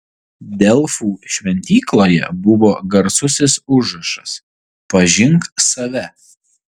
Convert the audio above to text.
delfų šventykloje buvo garsusis užrašas pažink save